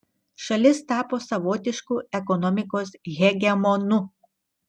šalis tapo savotišku ekonomikos hegemonu